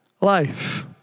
life